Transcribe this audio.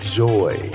joy